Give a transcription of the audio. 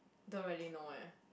don't really know eh